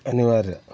ಅನಿವಾರ್ಯ